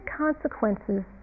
consequences